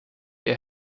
ihr